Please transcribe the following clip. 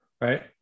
right